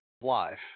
life